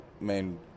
main